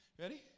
Ready